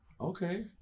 Okay